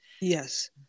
Yes